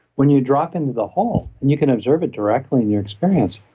when you drop into the whole and you can observe it directly in your experience,